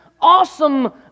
Awesome